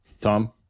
tom